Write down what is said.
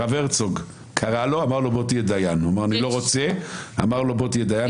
הרב הרצוג קרא לו, אמר לו: בוא תהיה דיין.